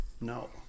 No